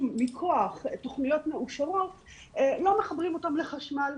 מכוח תכניות מאושרות לא מחברים אותם לחשמל.